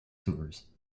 tours